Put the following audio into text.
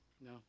no